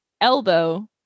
elbow